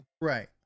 Right